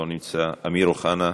לא נמצא, אמיר אוחנה,